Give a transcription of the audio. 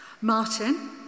Martin